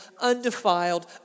undefiled